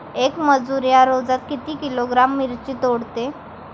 येक मजूर या रोजात किती किलोग्रॅम मिरची तोडते?